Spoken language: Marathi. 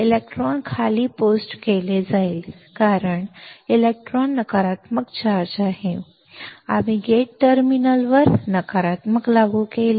इलेक्ट्रॉन खाली पोस्ट केले जाईल कारण इलेक्ट्रॉन नकारात्मक चार्ज आहे आम्ही गेट टर्मिनलवर नकारात्मक लागू केले